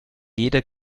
jeder